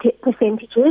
percentages